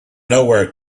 nowhere